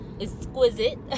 exquisite